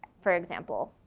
for example.